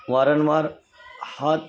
वारंवार हात